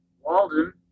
Walden